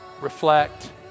reflect